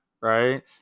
right